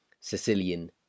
Sicilian